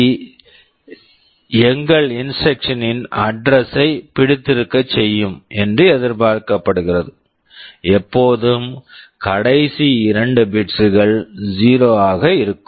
PC எங்கள் instruction instruction ன் address address -ஐ பிடித்தி௫க்கச் செய்யும் என்று எதிர்பார்க்கப்படுகிறது எப்போதும் கடைசி 2 பிட்ஸ் bits கள் 0 ஆக இருக்கும்